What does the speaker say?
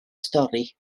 stori